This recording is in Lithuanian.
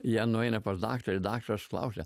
jie nueina pas daktarą daktaras klausia